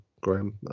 Graham